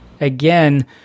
again